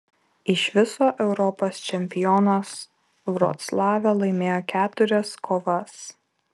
iš viso europos čempionas vroclave laimėjo keturias kovas